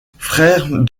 frère